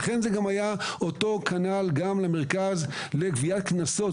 לכן זו הייתה אותה נקודה לגבי המרכז לגביית קנסות.